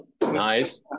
nice